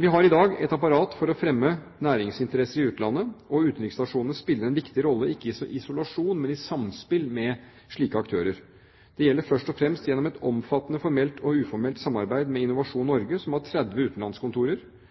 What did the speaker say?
Vi har i dag et apparat for å fremme næringsinteresser i utlandet, og utenriksstasjonene spiller en viktig rolle, ikke i isolasjon, men i samspill med slike aktører. Det gjelder først og fremst gjennom et omfattende – formelt og uformelt – samarbeid med Innovasjon Norge, som har 30 utenlandskontorer.